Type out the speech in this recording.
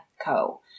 Co